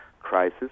crisis